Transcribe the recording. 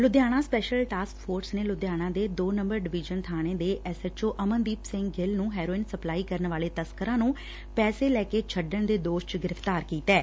Ludhiana special task force ਨੇ ਲੁਧਿਆਣਾ ਦੇ ਦੋ ਨੰਬਰ ਡਿਵੀਜ਼ਨ ਥਾਣੇ ਦੇ S H O Amandeep Singh Gill ਨੂੰ ਹੈਰੋਇਨ ਸਪਲਾਈ ਕਰਨ ਵਾਲੇ ਤਸਕਰਾਂ ਨੂੰ ਪੈਸੇ ਲੈ ਕੇ ਛੱਡਣ ਦੇ ਦੋਸ਼ ਚ ਗ੍ਫ਼ਤਾਰ ਕੀਤੈ